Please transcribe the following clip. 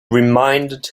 reminded